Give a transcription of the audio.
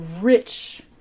rich